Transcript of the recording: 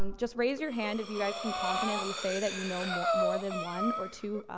and just raise your hand if you guys can confidently say that you know mo more than one or two, ah,